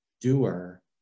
doer